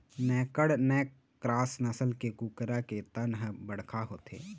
naked neck cross नसल के कुकरा के तन ह बड़का होथे